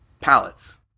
pallets